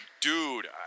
dude